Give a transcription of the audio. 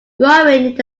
growing